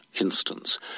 instance